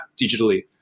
digitally